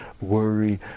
worry